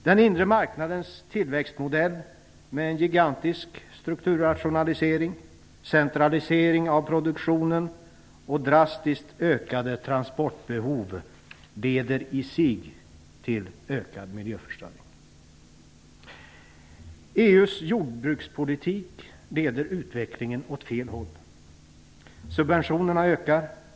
Den inre marknadens tillväxtmodell med en gigantisk strukturrationalisering, centralisering av produktionen och drastiskt ökade transportbehov leder i sig till ökad miljöförstöring. EU:s jordbrukspolitik leder utvecklingen åt fel håll. Subventionerna ökar.